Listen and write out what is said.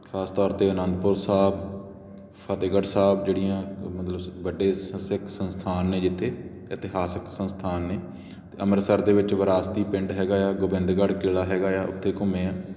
ਖਾਸ ਤੌਰ 'ਤੇ ਅਨੰਦਪੁਰ ਸਾਹਿਬ ਫਤਿਹਗੜ੍ਹ ਸਾਹਿਬ ਜਿਹੜੀਆਂ ਮਤਲਬ ਵੱਡੇ ਸ ਸਿੱਖ ਸੰਸਥਾਨ ਨੇ ਜਿੱਥੇ ਇਤਿਹਾਸਿਕ ਸੰਸਥਾਨ ਨੇ ਅਤੇ ਅੰਮ੍ਰਿਤਸਰ ਦੇ ਵਿੱਚ ਵਿਰਾਸਤੀ ਪਿੰਡ ਹੈਗਾ ਆ ਗੋਬਿੰਦਗੜ੍ਹ ਕਿਲਾ ਹੈਗਾ ਆ ਉੱਥੇ ਘੁੰਮੇ ਹਾਂ